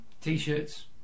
t-shirts